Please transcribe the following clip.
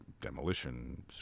demolition